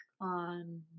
on